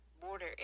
border